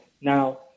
Now